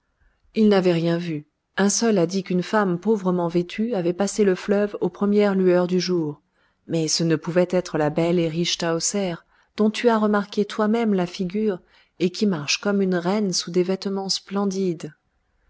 ils n'avaient rien vu un seul a dit qu'une femme pauvrement vêtue avait passé le fleuve aux premières lueurs du jour mais ce ne pouvait être la belle et riche tahoser dont tu as remarqué toi-même la figure et qui marche comme une reine sous des vêtements splendides